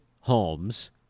holmes